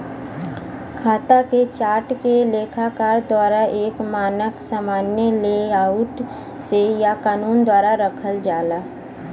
खाता के चार्ट के लेखाकार द्वारा एक मानक सामान्य लेआउट से या कानून द्वारा रखल जाला